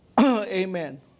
Amen